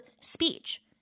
speech